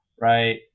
right